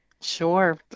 Sure